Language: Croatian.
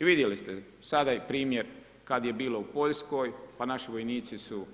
I vidjeli ste sada i primjer kada je bilo u Poljskoj pa naši vojnici su